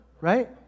right